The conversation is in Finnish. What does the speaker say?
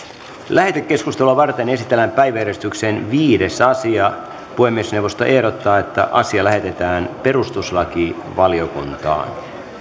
lähetekeskustelua varten esitellään päiväjärjestyksen viides asia puhemiesneuvosto ehdottaa että asia lähetetään perustuslakivaliokuntaan